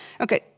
Okay